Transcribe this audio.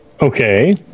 Okay